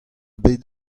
bet